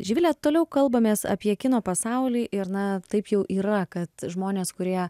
živile toliau kalbamės apie kino pasaulį ir na taip jau yra kad žmonės kurie